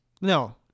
No